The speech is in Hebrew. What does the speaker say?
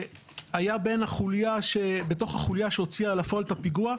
שהיה בתוך החוליה שהוציאה לפועל את הפיגוע,